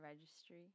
registry